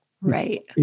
Right